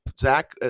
Zach